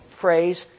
phrase